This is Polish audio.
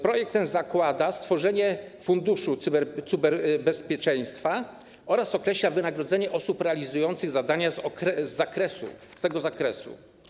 Projekt ten zakłada stworzenie Funduszu Cyberbezpieczeństwa oraz określa wynagrodzenia osób realizujących zadania z tego zakresu.